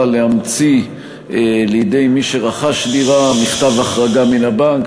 להמציא לידי מי שרכש דירה מכתב החרגה מן הבנק.